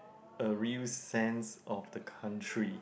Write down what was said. a real sense of the country